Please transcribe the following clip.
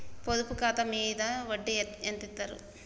పొదుపు ఖాతా మీద వడ్డీ ఎంతిస్తరు?